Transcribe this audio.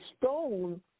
stone